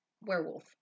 werewolf